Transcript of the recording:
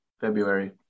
February